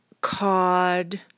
cod